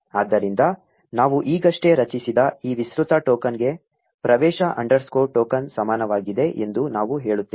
ಆದ್ದರಿಂದ ನಾವು ಈಗಷ್ಟೇ ರಚಿಸಿದ ಈ ವಿಸ್ತೃತ ಟೋಕನ್ಗೆ ಪ್ರವೇಶ ಅಂಡರ್ಸ್ಕೋರ್ ಟೋಕನ್ ಸಮಾನವಾಗಿದೆ ಎಂದು ನಾವು ಹೇಳುತ್ತೇವೆ